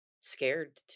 scared